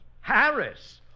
Harris